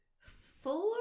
four